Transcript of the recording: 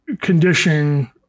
condition